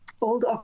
Old